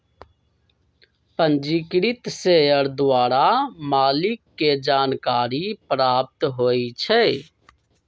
पंजीकृत शेयर द्वारा मालिक के जानकारी प्राप्त होइ छइ